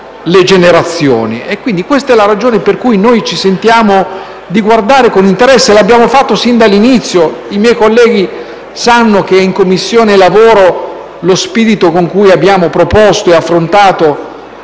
generazioni. Questa è la ragione per cui noi sentiamo di guardare con interesse a questo provvedimento e lo abbiamo fatto sin dall'inizio. I miei colleghi sanno che in Commissione lavoro lo spirito con cui abbiamo proposto e affrontato